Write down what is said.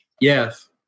Yes